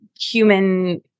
human